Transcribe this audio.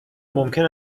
ممکن